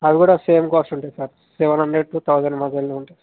అవి కూడా same cost ఉంటాయి sir seven hundred to thousand మధ్యలోనే ఉంటాయి సార్